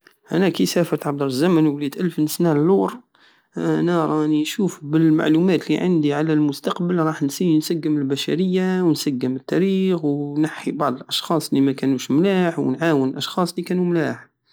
انا كي سافرت عبر الزمن ووليت الف نسنى للور انا راني نشوف بالمعلومات الي عندي على المستقبل بلي رح نسي نسقم البشرية و نسقم التاريخ ونحي بعض الاشخاص الي ماكانوش ملاح ونعاون الاشخاص الي كانو ملاح